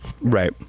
Right